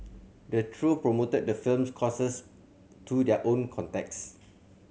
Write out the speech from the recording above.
the trio promoted the firm's courses to their own contacts